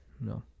no